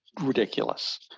ridiculous